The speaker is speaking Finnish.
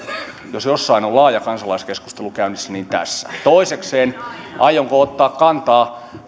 jos jossain on laaja kansalaiskeskustelu käynnissä niin tässä toisekseen aionko ottaa kantaa